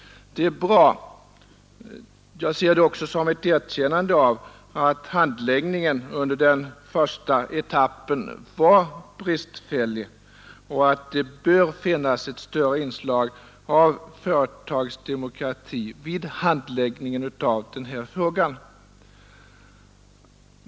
Det är bra. Jag ser det också som ett erkännande av att handläggningen under den första etappen var bristfällig och att det bör finnas ett större inslag av företagsdemokrati vid handläggningen av denna fråga.